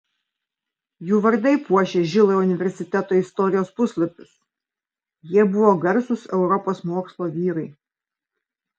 jų vardai puošia žilojo universiteto istorijos puslapius jie buvo garsūs europos mokslo vyrai